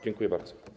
Dziękuję bardzo.